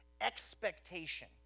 expectation